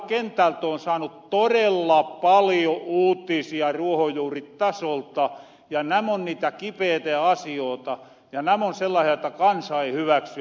kentält oon saanu torella paljon uutisia ruohonjuuritasolta ja nämä ovat niitä kipeetä asioota ja nämä on sellaasia jotta kansa ei hyväksy